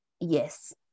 yes